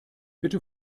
bitte